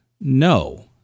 No